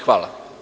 Hvala.